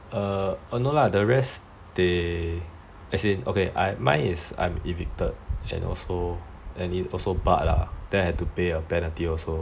eh no lah the rest they as in okay mine is I'm evicted and also barred and I have to pay a penalty also